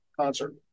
concert